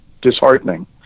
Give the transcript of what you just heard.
disheartening